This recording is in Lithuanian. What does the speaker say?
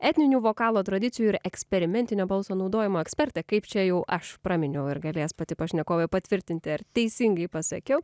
etninių vokalo tradicijų ir eksperimentinio balso naudojimo ekspertė kaip čia jau aš praminiau ar galės pati pašnekovė patvirtinti ar teisingai pasakiau